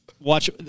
watch